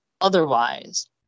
otherwise